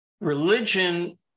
Religion